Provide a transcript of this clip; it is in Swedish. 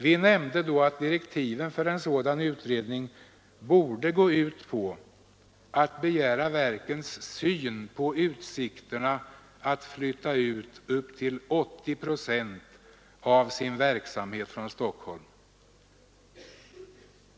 Vi nämnde då att direktiven för en sådan utredning borde gå ut på att begära verkens syn på utsikterna att flytta ut upp till 80 procent av sin verksamhet från Stockholm.